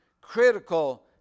critical